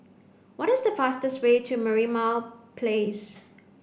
what is the fastest way to Merlimau Place